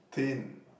pain